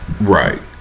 right